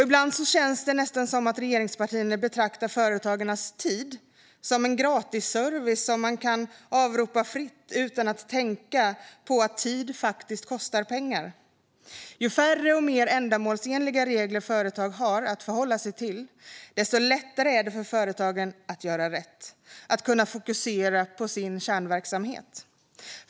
Ibland känns det nästan som att regeringspartierna betraktar företagarnas tid som en gratis service som man kan avropa fritt utan att tänka på att tid faktiskt kostar pengar. Ju färre och mer ändamålsenliga regler företag har att förhålla sig till, desto lättare är det för företagen att göra rätt och att fokusera på sin kärnverksamhet.